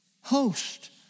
host